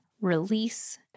release